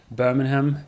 birmingham